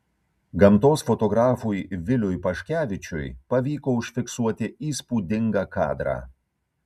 gamtos fotografui viliui paškevičiui pavyko užfiksuoti įspūdingą kadrą